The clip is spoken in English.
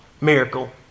Miracle